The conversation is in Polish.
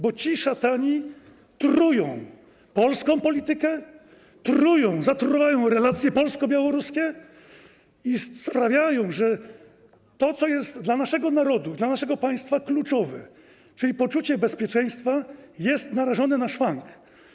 Bo ci szatani trują polską politykę, zatruwają relacje polsko-białoruskie i sprawiają, że to, co jest dla naszego narodu, dla naszego państwa kluczowe, czyli poczucie bezpieczeństwa, jest narażone na szwank.